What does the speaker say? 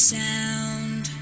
sound